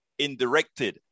indirected